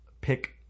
pick